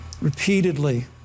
repeatedly